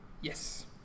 Yes